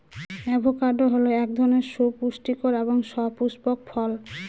avocado হল এক ধরনের সুপুষ্টিকর এবং সপুস্পক ফল